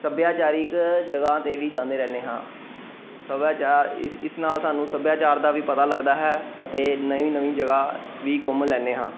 ਸੱਭਿਆਚਾਰਕ ਜਗ੍ਹਾ 'ਤੇ ਵੀ ਜਾਂਦੇ ਰਹਿੰਦੇ ਹਾਂ ਸੱਭਿਆਚਾਰ ਇਸ ਇਸ ਨਾਲ ਸਾਨੂੰ ਸੱਭਿਆਚਾਰ ਦਾ ਵੀ ਪਤਾ ਲੱਗਦਾ ਹੈ ਅਤੇ ਨਵੀਂ ਨਵੀਂ ਜਗ੍ਹਾ ਵੀ ਘੁੰਮ ਲੈਂਦੇ ਹਾਂ